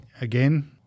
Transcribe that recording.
again